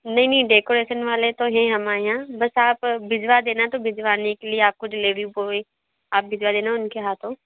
नहीं नहीं डेकोरेसन वाले तो हैं हमारे यहाँ बस आप भिजवादेना तो भिजवाने के लिए आपको डिलीवरी बॉय आप भिजवादेना उनके हाथों